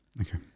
Okay